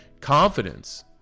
Confidence